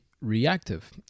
reactive